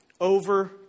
over